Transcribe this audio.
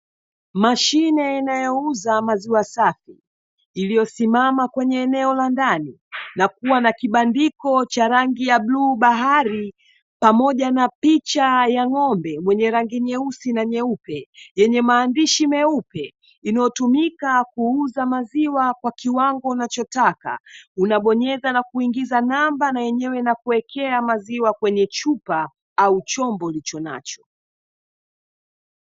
Mashine inayouza maziwa safi, iliyosimama kwenye eneo la ndani na kuwa na kibandiko cha rangi ya bluu bahari, pamoja na picha ya ngo'mbe mwenye rangi nyeusi na nyeupe. Yenye maandishi meupe, inayotumika kuuza maziwa kwa kiwango unachotaka, una bonyeza kuingiza namba, yenyewe ina kuwekea maziwa kwenye chupa au chombo uliocho nacho.